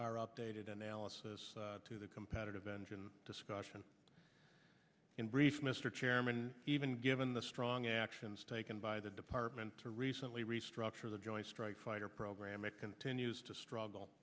our updated analysis to the competitive engine discussion in brief mr chairman even given the strong actions taken by the department to recently restructure the joint strike fighter program it continues to struggle